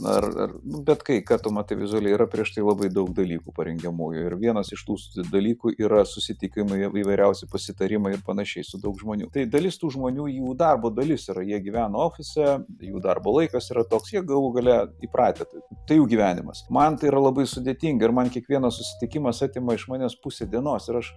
ar ar nu bet kai ką tu matai vizualiai yra prieš tave labai daug dalykų parengiamųjų ir vienas iš tų dalykų yra susitikimai įvairiausi pasitarimai ir panašiai su daug žmonių tai dalis tų žmonių jų darbo dalis yra jie gyvena ofise jų darbo laikas yra toks jie galų gale įpratę tai jų gyvenimas man tai yra labai sudėtinga ir man kiekvienas susitikimas atima iš manęs pusę dienos ir aš